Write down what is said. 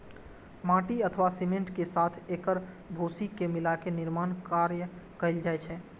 माटि अथवा सीमेंट के साथ एकर भूसी के मिलाके निर्माण कार्य कैल जाइ छै